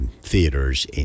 theaters